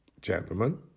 Gentlemen